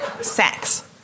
Sex